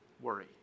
worry